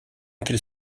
entre